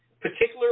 particular